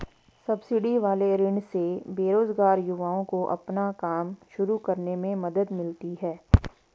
subsidy वाले ऋण से बेरोजगार युवाओं को अपना काम शुरू करने में मदद मिलती है